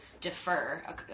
defer